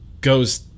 goes